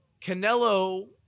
Canelo